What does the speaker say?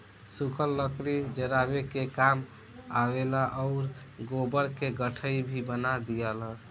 सुखल लकड़ी जरावे के काम आवेला आउर गोबर के गइठा भी बना दियाला